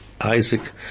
Isaac